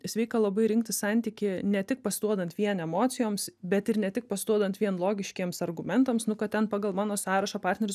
sveika labai rinktis santykį ne tik pasiduodant vien emocijoms bet ir ne tik pasiduodant vien logiškiems argumentams nu kad ten pagal mano sąrašą partneris